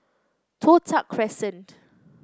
Toh Tuck Crescent